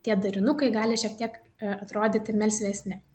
tie darinukai gali šiek tiek atrodyti melsvesni